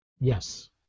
Yes